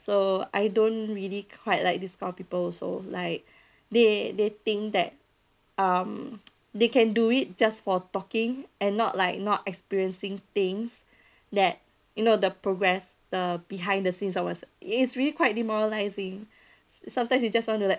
so I don't really quite like this kind of people also like they they think that um they can do it just for talking and not like not experiencing things that you know the progress the behind the scenes I was is really quite demoralising sometimes you just want to like